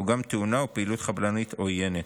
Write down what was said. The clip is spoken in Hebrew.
או גם תאונה או פעילות חבלנית עוינת.